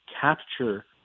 capture